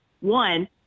One